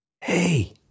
hey